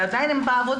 כשהם עדיין בעבודה,